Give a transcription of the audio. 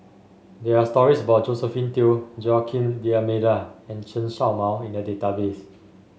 there are stories about Josephine Teo Joaquim D'Almeida and Chen Show Mao in the database